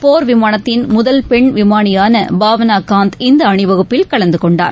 போர்விமானத்தின் முதல் பெண் விமானியானபாவனாகாந்த் இந்தஅணிவகுப்பில் கலந்துகொண்டார்